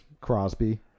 Crosby